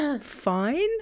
fine